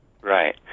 Right